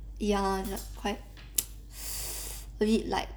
ya like quite a bit like